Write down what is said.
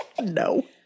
No